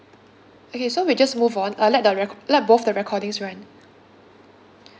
okay so we just move on uh let the let both the recordings run